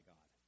God